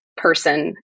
Person